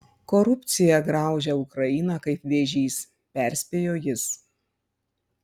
korupcija graužia ukrainą kaip vėžys perspėjo jis